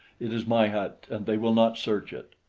it is my hut, and they will not search it.